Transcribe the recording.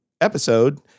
episode